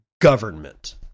government